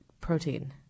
protein